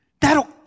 That'll